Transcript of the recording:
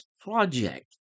project